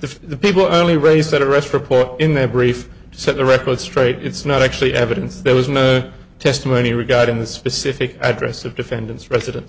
the people only raise that arrest report in their brief to set the record straight it's not actually evidence there was no testimony regarding the specific address of defendant's residen